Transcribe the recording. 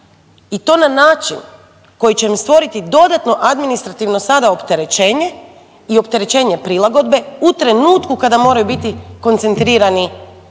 i to na način koji će im stvoriti dodatno administrativno sada opterećenje i opterećenje prilagodbe u trenutku kada moraju biti koncentrirani